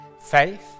faith